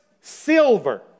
silver